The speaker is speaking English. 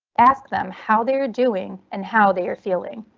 ask them how they're doing and how they are feeling.